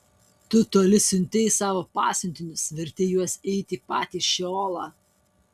tu toli siuntei savo pasiuntinius vertei juos eiti į patį šeolą